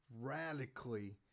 radically